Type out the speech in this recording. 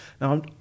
Now